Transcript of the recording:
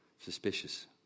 suspicious